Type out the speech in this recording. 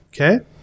Okay